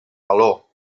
galó